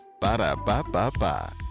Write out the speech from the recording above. Ba-da-ba-ba-ba